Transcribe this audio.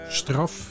straf